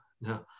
no